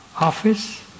office